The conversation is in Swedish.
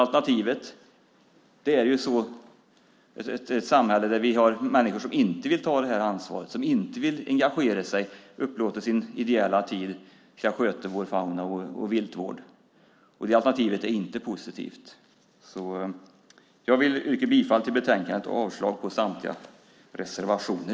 Alternativet är ett samhälle med människor som inte vill ta ansvar, engagera sig och upplåta sin tid till att sköta vår fauna och vårt vilt. Det alternativet är inte positivt. Jag yrkar bifall till förslagen i betänkandet och avslag på samtliga reservationer.